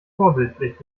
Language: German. vorbildlich